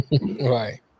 Right